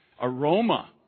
aroma